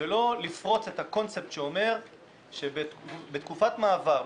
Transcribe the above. ולא לפרוץ את הקונספט שאומר שבתקופת מעבר,